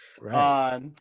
Right